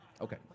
Okay